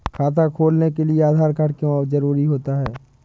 खाता खोलने के लिए आधार कार्ड क्यो जरूरी होता है?